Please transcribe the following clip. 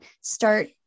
start